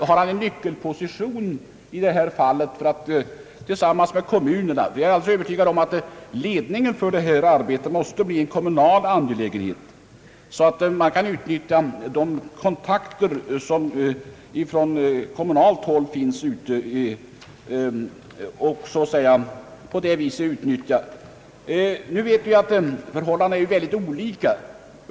Jag är övertygad om att ledningen för denna verksamhet måste bli en kommunal angelägenhet, så att man kan utnyttja kontakterna på kommunalt håll. Nu vet vi att förhållandena är olika i olika kommuner.